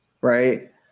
right